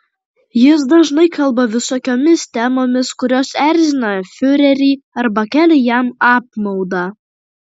jis dažnai kalba visokiomis temomis kurios erzina fiurerį arba kelia jam apmaudą